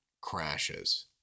crashes